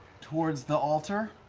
towards the altar